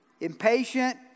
Impatient